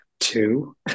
two